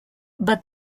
but